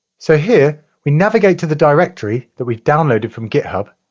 so here we navigate to the directory that we've downloaded from github,